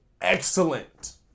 excellent